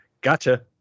gotcha